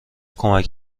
کمک